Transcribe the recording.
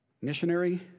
missionary